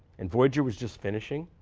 and voyager was just finishing.